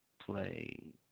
play